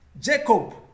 jacob